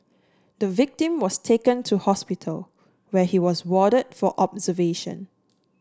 the victim was taken to hospital where he was warded for observation